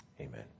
amen